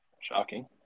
Shocking